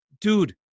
Dude